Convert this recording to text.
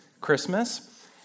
Christmas